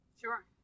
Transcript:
Sure